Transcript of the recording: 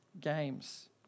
games